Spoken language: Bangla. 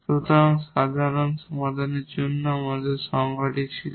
সুতরাং সাধারণ সমাধানের জন্যও এটি আমাদের সংজ্ঞা ছিল